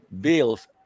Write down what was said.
bills